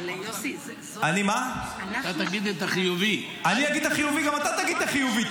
אני אגיד את החיובי, גם אתה תגיד את החיובי.